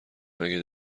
مگه